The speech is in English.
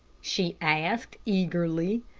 she asked, eagerly.